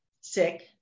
sick